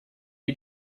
you